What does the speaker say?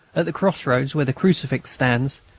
at the cross-roads where the crucifix stands,